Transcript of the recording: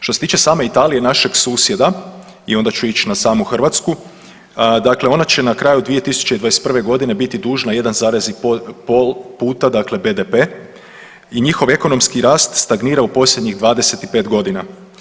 Što se tiče same Italije, našeg susjeda i onda ću ić na samu Hrvatsku, dakle ona će na kraju 2021.g. biti dužna 1,5 puta dakle BDP i njihov ekonomski rast stagnira u posljednjih 25.g.